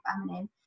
feminine